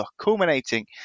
culminating